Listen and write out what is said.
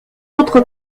autres